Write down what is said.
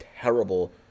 terrible